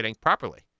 properly